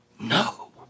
No